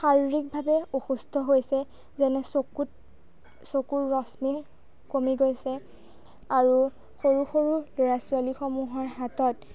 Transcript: শাৰীৰিকভাৱে অসুস্থ হৈছে যেনে চকুত চকুৰ ৰশ্মিয়ে কমি গৈছে আৰু সৰু সৰু ল'ৰা ছোৱালীসমূহৰ হাতত